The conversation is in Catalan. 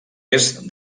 est